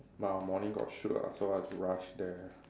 but I morning got shoot ah so I have to rush there